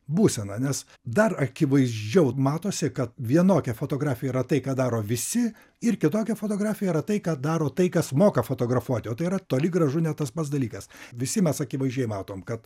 būseną nes dar akivaizdžiau matosi kad vienokia fotografija yra tai ką daro visi ir kitokia fotografija yra tai ką daro tai kas moka fotografuoti o tai yra toli gražu ne tas pats dalykas visi mes akivaizdžiai matom kad